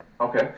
okay